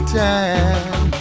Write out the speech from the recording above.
time